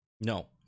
No